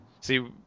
See